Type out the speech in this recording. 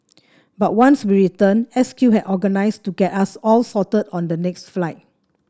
but once we returned S Q had organised to get us all sorted on the next flight